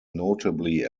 notably